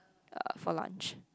uh for lunch